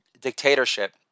dictatorship